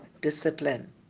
discipline